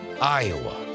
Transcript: Iowa